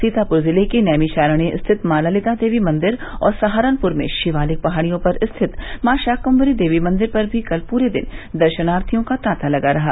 सीतापुर जिले के नैमियषारण स्थित मॉ ललिता देवी मंदिर और सहारनपुर में शिवालिक पहाड़ियों पर स्थित मॉ शाकृम्मरी देवी मंदिर पर भी कल पूरे दिन दर्शनार्थियों का तांता लगा रहा